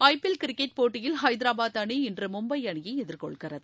ஐ P L cricket போட்டியில் ஹைதரபாத் அணி இன்று மும்பை அணியை எதிர்கொள்கிறது